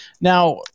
Now